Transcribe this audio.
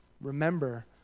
Remember